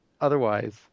otherwise